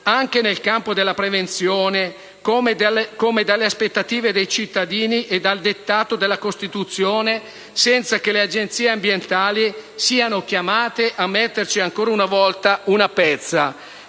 anche nel campo della prevenzione, come dalle aspettative dei cittadini e dal dettato della Costituzione, senza che le Agenzie per la protezione dell'ambiente siano chiamate a metterci ancora una volta una pezza.